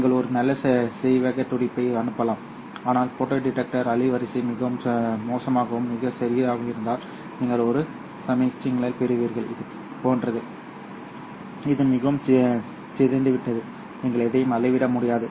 நீங்கள் ஒரு நல்ல செவ்வக துடிப்பை அனுப்பலாம் ஆனால் ஃபோட்டோ டிடெக்டர் அலைவரிசை மிகவும் மோசமாகவும் மிகச் சிறியதாகவும் இருந்தால் நீங்கள் ஒரு சமிக்ஞையைப் பெறுவீர்கள் இது போன்றது இது மிகவும் சிதைந்துவிட்டது நீங்கள் எதையும் அளவிட முடியாது